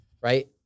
right